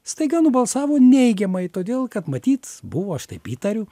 staiga nubalsavo neigiamai todėl kad matyt buvo aš taip įtariu